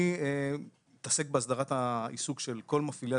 אני מתעסק בהסדרת העיסוק של כל מפעילי